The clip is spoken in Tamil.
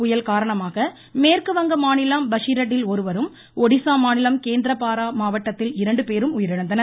புயல் காரணமாக மேற்கு வங்க மாநிலம் பஷீரட்டில் ஒருவரும் ஒடிஸா மாநிலம் கேந்திரபாரா மாவட்டத்தில் இரண்டு பேரும் உயிரழந்தனர்